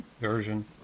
version